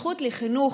הזכות לחינוך,